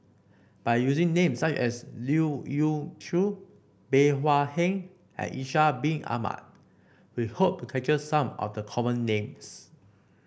by using names such as Leu Yew Chye Bey Hua Heng and Ishak Bin Ahmad we hope capture some of the common names